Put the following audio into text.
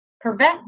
prevent